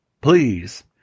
Please